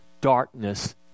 darkness